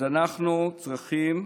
אז אנחנו צריכים,